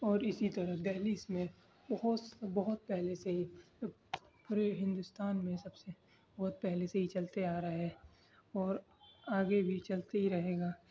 اور اسی طرح دہلی ایسٹ میں بہت بہت پہلے سے ہی پورے ہندوستان میں سب سے بہت پہلے سے ہی چلتے آ رہے اور آگے بھی چلتا ہی رہے گا